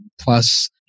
plus